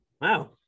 wow